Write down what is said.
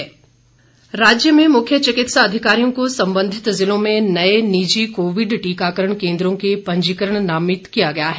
टीकाकरण केन्द्र राज्य में मुख्य चिकित्सा अधिकारियों को संबंधित जिलों में नए निजी कोविड टीकाकरण केन्द्रों के पंजीकरण नामित किया गया है